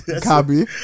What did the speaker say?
Copy